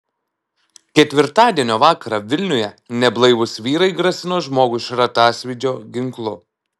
ketvirtadienio vakarą vilniuje neblaivūs vyrai grasino žmogui šratasvydžio ginklu